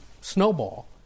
snowball